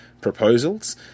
proposals